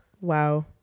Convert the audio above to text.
Wow